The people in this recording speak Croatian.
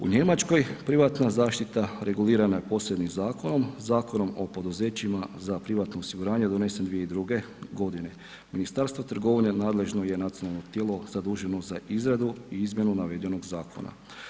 U Njemačkoj privatna zaštita regulirana je posebnim zakonom, Zakonom o poduzećima za privatno osiguranje, donesen 2002.g. Ministarstvo trgovine nadležno je nacionalno tijelo zaduženo za izradu i izmjenu navedenog zakona.